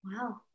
Wow